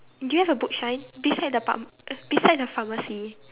do you have a boot shine beside apam~ the beside the pharmacy